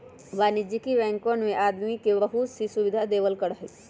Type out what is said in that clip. वाणिज्यिक बैंकवन आदमी के बहुत सी सुविधा देवल करा हई